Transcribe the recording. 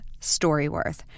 StoryWorth